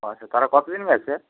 ও আচ্ছা তারা কতদিন গেছে